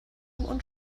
und